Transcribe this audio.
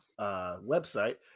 website